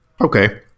okay